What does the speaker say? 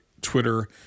Twitter